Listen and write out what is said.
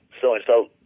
so-and-so